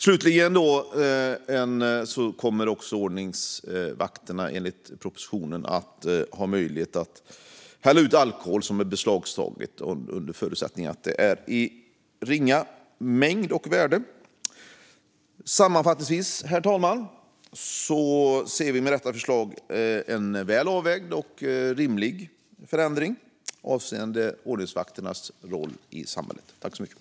Slutligen kommer också ordningsvakterna, enligt propositionen, att få möjlighet att hälla ut beslagtagen alkohol, under förutsättning att den är av ringa mängd och värde. Sammanfattningsvis, herr talman, ser vi att detta förslag innebär väl avvägda och rimliga förändringar avseende ordningsvakternas roll i samhället.